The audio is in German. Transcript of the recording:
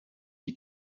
die